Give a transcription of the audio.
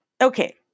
Okay